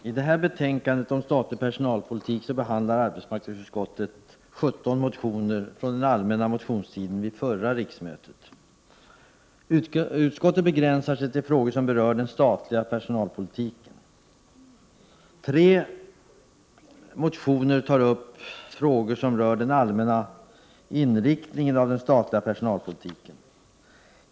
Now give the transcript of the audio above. Fru talman! I betänkandet om statlig personalpolitik behandlar arbetsmarknadsutskottet 17 motioner från den allmänna motionstiden vid förra riksmötet. Utskottet begränsar sig till frågor som berör den statliga personalpolitiken. Tre motioner tar upp frågor som rör den allmänna inriktningen av den statliga personalpolitiken.